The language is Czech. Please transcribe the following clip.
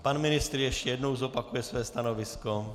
Pan ministr ještě jednou zopakuje své stanovisko.